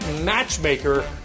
Matchmaker